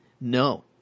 no